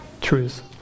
truth